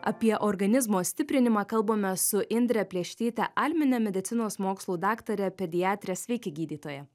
apie organizmo stiprinimą kalbame su indre plėštyte almine medicinos mokslų daktare pediatre sveiki gydytoja